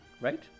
right